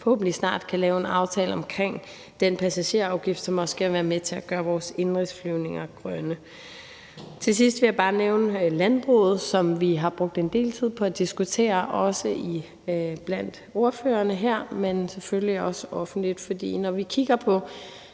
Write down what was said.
forhåbentlig snart kan lave en aftale om den passagerafgift, som også skal være med til at gøre vores indenrigsflyvninger grønne. Til sidst vil jeg bare nævne landbruget, som vi har brugt en del tid på at diskutere, både blandt ordførerne her, men selvfølgelig også offentligt. For når vi kigger på